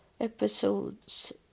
episodes